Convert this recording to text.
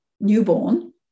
newborn